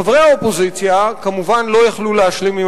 חברי האופוזיציה כמובן לא יכלו להשלים עם